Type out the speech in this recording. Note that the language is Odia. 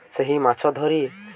ସେହି ମାଛ ଧରି